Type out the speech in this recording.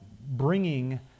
bringing